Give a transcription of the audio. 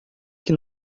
que